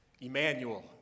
Emmanuel